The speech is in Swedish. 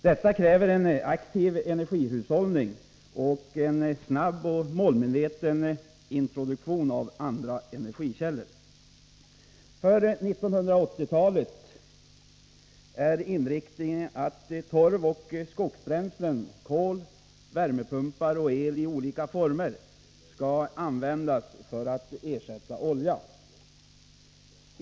Detta kräver en aktiv energihushållning och en snabb och målmedveten introduktion av andra energikällor. För 1980-talet är inriktningen att torv och skogsbränslen, kol, värmepumpar och el i olika former skall användas för att ersätta olja.